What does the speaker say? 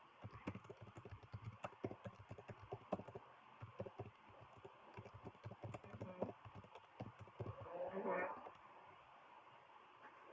mmhmm mmhmm